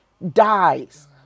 dies